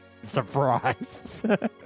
surprise